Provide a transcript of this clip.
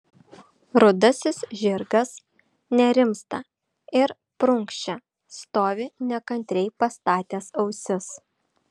rudasis žirgas nerimsta ir prunkščia stovi nekantriai pastatęs ausis